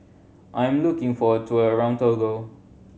I am looking for a tour around Togo